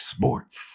Sports